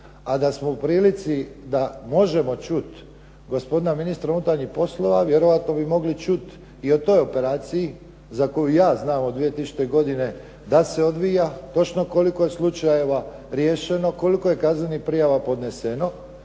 a da smo u prilici da možemo čuti gospodina ministra unutarnjih poslova vjerojatno bi mogli čuti i o toj operaciji za koju ja znam od 2000. godine da li se odvija, točno koliko slučajeva je riješeno, koliko je kaznenih prijava podneseno